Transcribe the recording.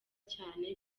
cyane